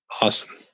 Awesome